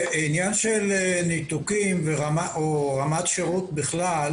ניתוקים ורמת שירות בכלל